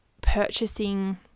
purchasing